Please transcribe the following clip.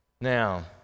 Now